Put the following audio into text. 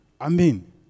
Amen